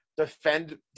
Defend